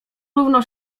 równo